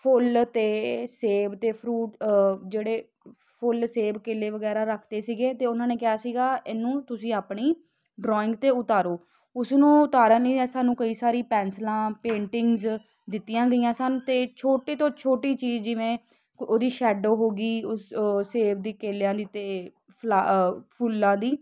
ਫੁੱਲ ਅਤੇ ਸੇਬ ਦੇ ਫਰੂਟ ਜਿਹੜੇ ਫੁੱਲ ਸੇਬ ਕੇਲੇ ਵਗੈਰਾ ਰੱਖਦੇ ਸੀਗੇ ਅਤੇ ਉਹਨਾਂ ਨੇ ਕਿਹਾ ਸੀਗਾ ਇਹਨੂੰ ਤੁਸੀਂ ਆਪਣੀ ਡਰਾਇੰਗ 'ਤੇ ਉਤਾਰੋ ਉਸਨੂੰ ਉਤਾਰਨ ਲਈ ਸਾਨੂੰ ਕਈ ਸਾਰੀ ਪੈਨਸਿਲਾਂ ਪੇਂਟਿੰਗਸ ਦਿੱਤੀਆਂ ਗਈਆਂ ਸਨ ਅਤੇ ਛੋਟੇ ਤੋਂ ਛੋਟੀ ਚੀਜ਼ ਜਿਵੇਂ ਉਹਦੀ ਸ਼ੈਡੋ ਹੋ ਗਈ ਉਸ ਉਹ ਸੇਬ ਦੀ ਕੇਲਿਆਂ ਦੀ ਅਤੇ ਫਲ਼ਾ ਫੁੱਲਾਂ ਦੀ